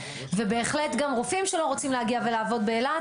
ובהחלט גם רופאים שלא רוצים להגיע ולעבוד באילת,